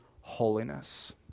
holiness